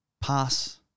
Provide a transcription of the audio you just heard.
pass